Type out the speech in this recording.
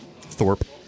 Thorpe